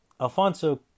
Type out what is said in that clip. Alfonso